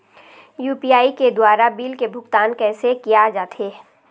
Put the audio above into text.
UPI के द्वारा bill के भुगतान कैसे किया जाथे?